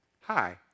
Hi